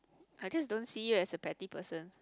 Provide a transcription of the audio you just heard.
I just don't see you as a petty person